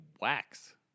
wax